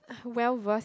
well versed